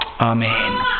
Amen